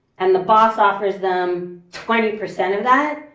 and the boss offers them twenty percent of that,